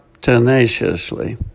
tenaciously